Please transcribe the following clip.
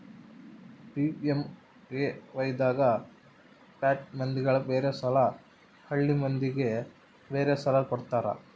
PMAY ದಾಗ ಪ್ಯಾಟಿ ಮಂದಿಗ ಬೇರೆ ಸಾಲ ಹಳ್ಳಿ ಮಂದಿಗೆ ಬೇರೆ ಸಾಲ ಕೊಡ್ತಾರ